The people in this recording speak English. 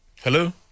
Hello